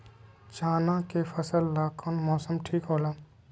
चाना के फसल ला कौन मौसम ठीक होला?